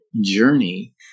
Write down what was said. journey